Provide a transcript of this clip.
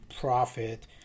profit